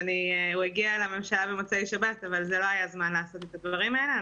הוא הגיע לממשלה במוצאי שבת אבל לא היה זמן לעשות את הדברים האלה.